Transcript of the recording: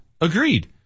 Agreed